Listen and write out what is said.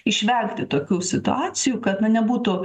išvengti tokių situacijų kad na nebūtų